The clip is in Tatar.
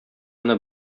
аны